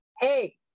hey